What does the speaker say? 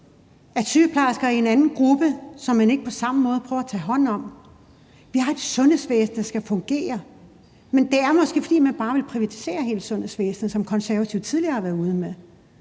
Er sygeplejersker i en anden gruppe, som man ikke på samme måde prøver at tage hånd om? Vi har et sundhedsvæsen, der skal fungere, men det er måske, fordi man bare vil privatisere hele sundhedsvæsenet, som Konservative tidligere har været ude med.